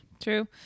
true